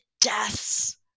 deaths